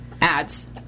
ads